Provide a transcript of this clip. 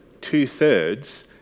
two-thirds